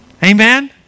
Amen